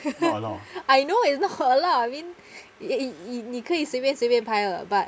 I know it's not allowed I mean 你可以随便随便拍的 but